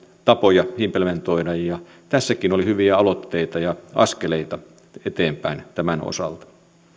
tapoja implementoida tässäkin oli hyviä aloitteita ja askeleita eteenpäin tämän osalta